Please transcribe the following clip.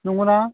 नंगौना